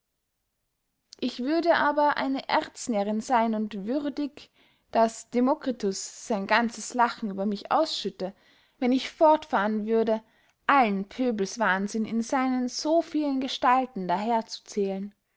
ich würde aber eine erznärrinn seyn und würdig daß demokritus sein ganzes lachen über mich ausschütte wenn ich fortfahren würde allen pöbelswahnsinn in seinen so vielen gestalten daher zu zählen